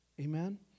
Amen